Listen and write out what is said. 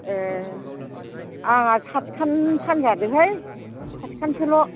एह आंहा सादखान फानजादोंहाय सादखानसोल'